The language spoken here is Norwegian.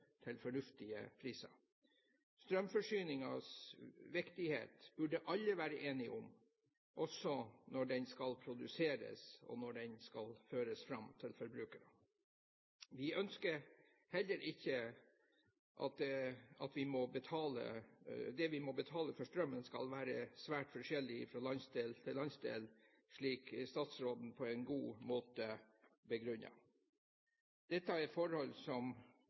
til fornuftige priser. Strømforsyningens viktighet burde alle være enige om, også når strømmen skal produseres og føres fram til forbrukerne. Vi ønsker heller ikke at det vi må betale for strømmen, skal være svært forskjellig fra landsdel til landsdel, som statsråden på en god måte begrunnet. Dette er forhold som